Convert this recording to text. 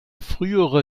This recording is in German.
frühere